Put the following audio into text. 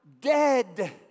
Dead